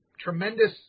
tremendous